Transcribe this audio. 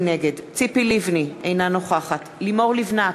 נגד ציפי לבני, אינה נוכחת לימור לבנת,